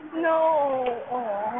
No